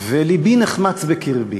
ולבי נחמץ בקרבי,